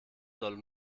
soll